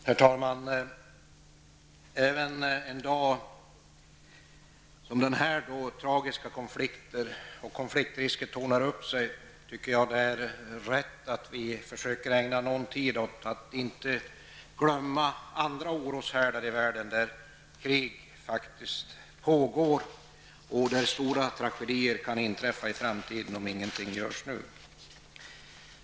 Herr talman! Även en dag som den här, då tragiska konflikter och konfliktrisker tornar upp sig, tycker jag att det är rätt att vi försöker ägna någon tid åt att inte glömma andra oroshärdar i världen där krig faktiskt pågår och där stora tragedier kan inträffa i framtiden, om ingenting görs nu.